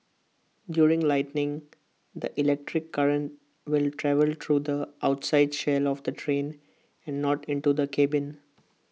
during lightning the electric current will travel through the outside shell of the train and not into the cabin